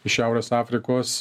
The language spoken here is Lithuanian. iš šiaurės afrikos